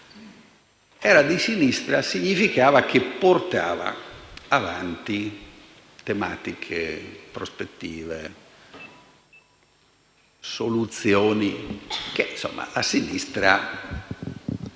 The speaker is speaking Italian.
«Era di sinistra» significa che portava avanti tematiche, prospettive e soluzioni che la sinistra